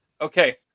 Okay